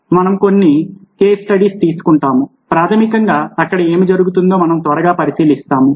మనం కొన్ని case studies తీసుకుంటాము ప్రాథమికంగా అక్కడ ఏమి జరుగుతుందో మనం త్వరగా పరిశీలిస్తాము